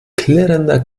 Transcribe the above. klirrender